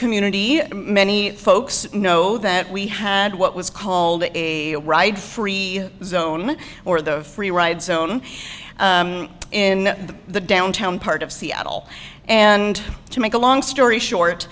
community many folks know that we had what was called a ride free zone or the free ride zone in the downtown part of seattle and to make a long story short